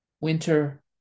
Winter